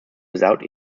without